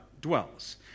dwells